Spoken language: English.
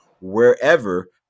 wherever